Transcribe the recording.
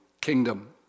kingdom